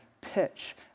pitch